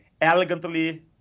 elegantly